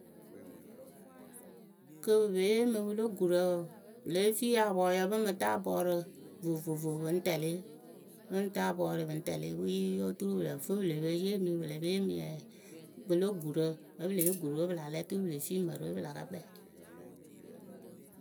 Kɨ pɨ pe yeemɨ pɨlo gurǝ wǝǝ pɨ lée fii apɔɔyǝ pɨ ŋ mɨ taa ɔɔrǝ vovovo pɨ ŋ tɛlɩ pɨ ŋ taa bɔɔrǝ pɨ ŋ tɛlɩ wɩɩ otur pɨ lǝ fɨ pɨ le pe yeemi pɨ le pe yeemi pɨlo gurǝ vǝ́ pɨ le yee gurǝ we pɨ la lɛ oturu pɨ le fii mǝrǝ we pɨ la ka kpɛɛ.